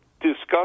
Discuss